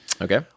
Okay